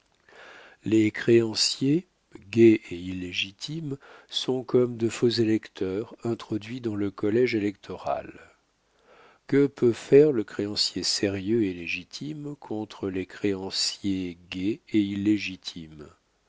les créanciers gais et illégitimes sont comme de faux électeurs introduits dans le collége électoral que peut faire le créancier sérieux et légitime contre les créanciers gais et illégitimes